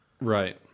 Right